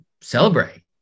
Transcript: celebrate